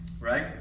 Right